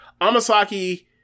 Amasaki